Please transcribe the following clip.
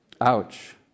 Ouch